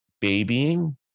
babying